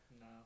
No